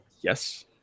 Yes